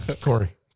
Corey